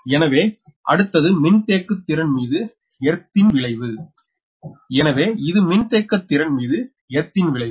எனவே அடுத்தது மின்தேக்குத்திறன்மீது எர்த் ன் விளைவு எனவே இது மின்தேக்குத்திறன்மீது எர்த் ன் விளைவு